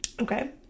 Okay